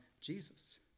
Jesus